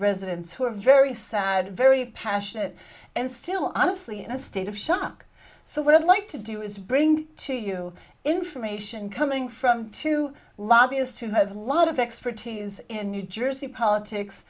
residents who are very sad very passionate and still honestly in a state of shock so what i'd like to do is bring to you information coming from two lobbyist who have lot of expertise in new jersey politics